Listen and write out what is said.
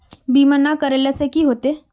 बीमा ना करेला से की होते?